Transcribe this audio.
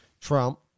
Trump